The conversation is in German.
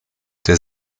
der